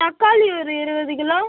தக்காளி ஒரு இருபது கிலோ